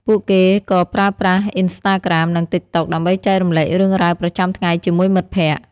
ពួកគេក៏ប្រើប្រាស់ អុីនស្តាក្រាម និង តីកតុក ដើម្បីចែករំលែករឿងរ៉ាវប្រចាំថ្ងៃជាមួយមិត្តភក្តិ។